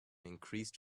increased